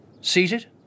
Seated